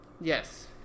Yes